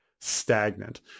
stagnant